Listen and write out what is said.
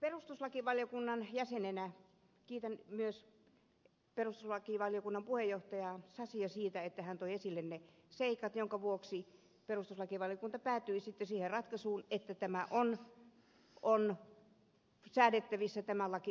perustuslakivaliokunnan jäsenenä kiitän myös perustuslakivaliokunnan puheenjohtajaa sasia siitä että hän toi esille ne seikat joiden vuoksi perustuslakivaliokunta päätyi siihen ratkaisuun että tämä laki on säädettävissä